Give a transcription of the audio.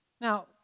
Now